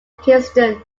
kingston